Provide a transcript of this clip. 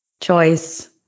choice